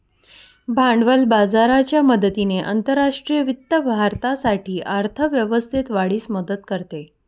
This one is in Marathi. भांडवल बाजाराच्या मदतीने आंतरराष्ट्रीय वित्त भारतासाठी अर्थ व्यवस्थेस वाढीस मदत करते